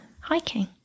hiking